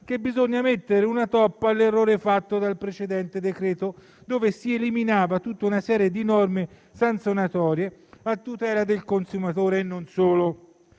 che bisogna mettere una toppa all'errore fatto dal precedente decreto, con cui si eliminava tutta una serie di norme sanzionatorie a tutela del consumatore e non solo.